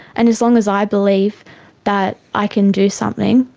and as long as i believe that i can do something,